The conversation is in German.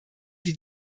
die